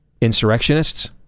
insurrectionists